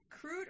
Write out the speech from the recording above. Crude